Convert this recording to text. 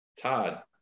Todd